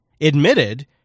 admitted